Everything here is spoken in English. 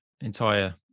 entire